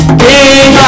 king